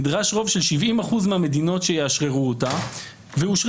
נדרש רוב של 70 אחוזים מהמדינות שיאשררו אותה ואשררו.